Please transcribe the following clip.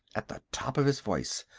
at the top of his voice.